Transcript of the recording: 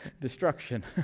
Destruction